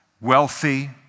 wealthy